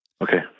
Okay